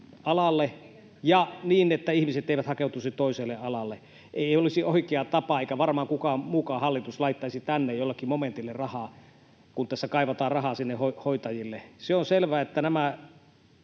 alalle, ja niin, että ihmiset eivät hakeutuisi toiselle alalle. Ei olisi oikea tapa, eikä varmaan mikään mukaan hallitus laittaisi tänne jollekin momentille rahaa, kun tässä kaivataan rahaa sinne hoitajille. Se on selvää, että nämä